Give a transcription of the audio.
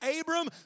Abram